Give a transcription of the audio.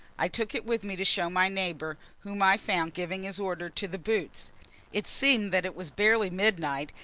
i took it with me to show my neighbor, whom i found giving his order to the boots it seemed that it was barely midnight,